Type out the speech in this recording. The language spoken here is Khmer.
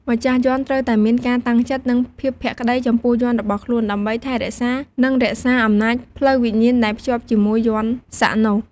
ម្ចាស់យន្តត្រូវតែមាន ការតាំងចិត្ត និង ភាពភក្តី ចំពោះយន្តរបស់ខ្លួន ដើម្បីថែរក្សា និងរក្សាអំណាចផ្លូវវិញ្ញាណដែលភ្ជាប់ជាមួយយន្តសាក់នោះ។